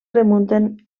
remunten